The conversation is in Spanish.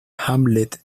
hamlet